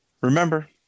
Remember